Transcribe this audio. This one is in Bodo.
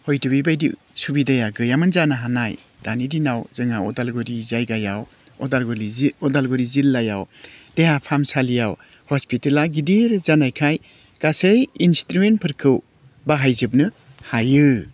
हयथ' बेबायदि सुबिदाया गैयामोन जानो हानाय दानि दिनाव जोंना उदालगुरि जायगायाव उदालगुरि उदालगुरि जिल्लायाव देहा फाहामसालियाव हस्पिताला गिदिर जानायखाय गासै इन्सट्रुमिनफोरखौ बाहायजोबनो हायो